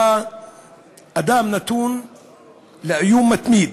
במהלך החקירה אדם נתון לאיום מתמיד